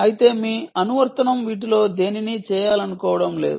అయితే మీ అనువర్తనం వీటిలో దేనినీ చేయాలనుకోవడం లేదు